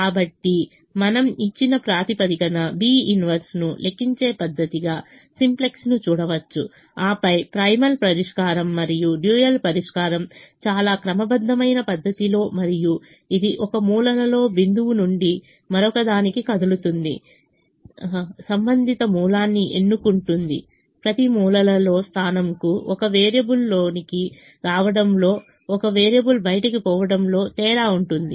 కాబట్టి మీరు ఇచ్చిన ప్రాతిపదికన B 1 ను లెక్కించే పద్ధతిగా సింప్లెక్స్ను చూడవచ్చు ఆపై ప్రైమల్ పరిష్కారం మరియు డ్యూయల్ పరిష్కారం చాలా క్రమబద్ధమైన పద్ధతిలో మరియు ఇది ఒక మూలలో స్థానం నుండి మరొకదానికి కదులుతుంది సంబంధిత మూలాన్ని ఎన్నుకుంటుంది ప్రతి మూలలో స్థానం కు ఒక వేరియబుల్ లోనికి రావడంలో ఒక వేరియబుల్ బయటకు పోవడంలో తేడా ఉంటుంది